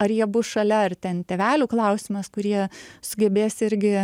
ar jie bus šalia ar ten tėvelių klausimas kurie sugebės irgi